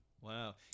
Wow